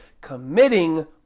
committing